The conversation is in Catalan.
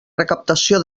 recaptació